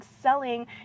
selling